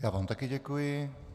Já vám také děkuji.